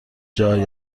جای